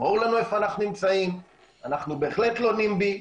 אנחנו בהחלט לא נימב"י.